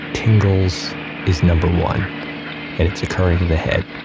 tingles is number one and it's occurring in the head.